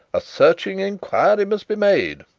a searching inquiry must be made.